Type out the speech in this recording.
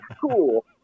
cool